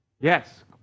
Yes